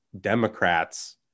Democrats